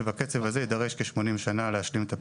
שבקצב הזה יידרש כ-80 שנה להשלים את הפרויקט.